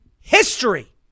history